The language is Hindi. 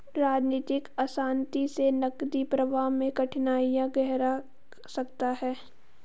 राजनीतिक अशांति से नकदी प्रवाह में कठिनाइयाँ गहरा सकता है